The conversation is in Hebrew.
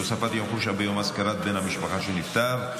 הוספת יום חופשה ביום אזכרת בן משפחה שנפטר),